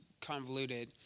convoluted